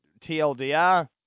TLDR